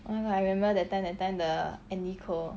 orh I remember that time that time the N E quo